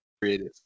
creative